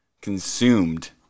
consumed